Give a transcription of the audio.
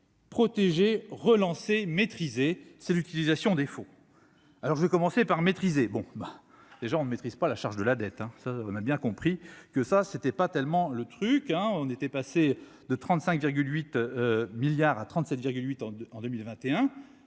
Protéger relancer maîtriser, c'est l'utilisation des fonds, alors je vais commencer par maîtriser, bon bah les gens, on ne maîtrise pas la charge de la dette, hein, ça, on a bien compris que ça c'était pas tellement le truc, hein, on était passé de 35 8 milliards à 37 virgule